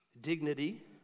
dignity